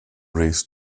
race